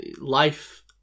life